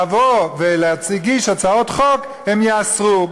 לבוא ולהגיש הצעות חוק הם יאסרו.